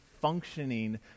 functioning